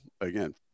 again